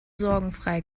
sorgenfrei